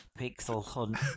pixelhunt